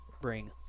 bring